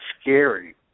scary